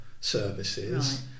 services